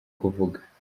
kuvuga